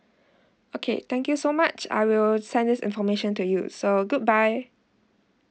okay thank you so much I will send this information to you so good bye